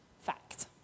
Fact